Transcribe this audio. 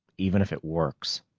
even if it works.